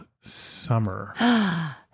summer